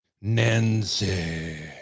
Nancy